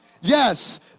Yes